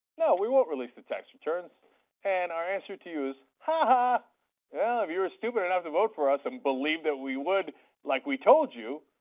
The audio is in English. no, we won't release the tax returns and our answer to you is how. but yeah if you were stupid enough to vote for us and believe that we would like we told you,